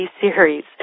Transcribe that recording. series